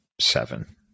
Seven